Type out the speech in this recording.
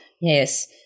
Yes